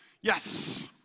Yes